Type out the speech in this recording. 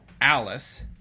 Alice